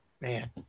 man